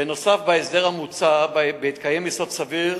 בנוסף, בהסדר המוצע, בהתקיים יסוד סביר